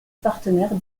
partenaires